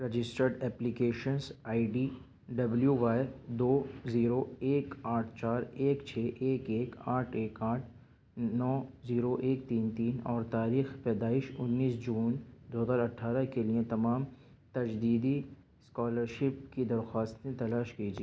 registered applications I D W Y دو zero ایک آٹھ چار ایک چھ ایک ایک آٹھ ایک آٹھ نو زیرو ایک تین تین اور تاریخ پیدائش انیس جون دو ہزار اٹھارہ کے لیے تمام تجدیدی اسکالرشپ کی درخواستیں تلاش کیجیے